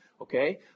okay